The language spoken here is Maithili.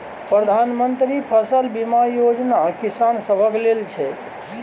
प्रधानमंत्री मन्त्री फसल बीमा योजना किसान सभक लेल छै